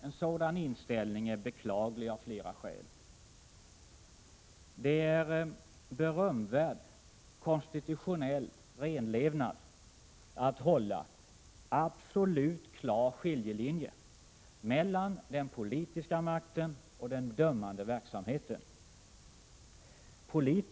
En sådan inställning är beklaglig av flera skäl. Det är berömvärd konstitutionell renlevnad att hålla en absolut klar skiljelinje mellan den politiska makten och den dömande verksamheten.